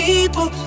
People